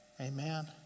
Amen